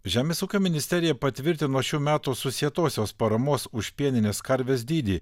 žemės ūkio ministerija patvirtino šių metų susietosios paramos už pienines karves dydį